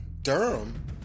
Durham